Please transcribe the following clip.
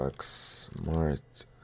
Smart